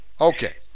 Okay